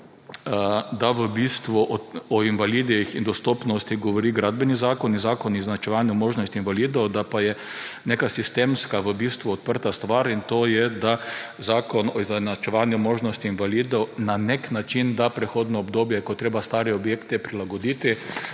da o invalidih in dostopnosti govori Gradbeni zakon in Zakon o izenačevanju možnosti invalidov, da pa je neka sistemska odprta stvar, in to je, da Zakon o izenačevanju možnosti invalidov na nek način da prehodno obdobje, ko je treba stare objekte prilagoditi,